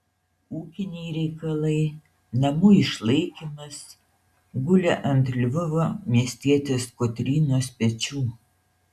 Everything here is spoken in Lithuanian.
ūkiniai reikalai namų išlaikymas gulė ant lvovo miestietės kotrynos pečių